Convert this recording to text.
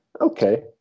Okay